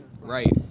Right